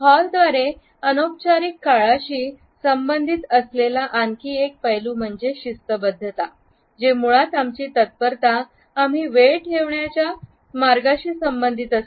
हॉलद्वारे अनौपचारिक काळाशी संबंधित असलेला आणखी एक पैलू म्हणजे शिस्तबद्धता जे मुळात आमची तत्परता आम्ही वेळ ठेवण्याच्या मार्गाशी संबंधित असते